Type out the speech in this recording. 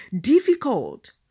difficult